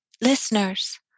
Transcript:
listeners